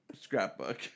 Scrapbook